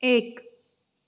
एक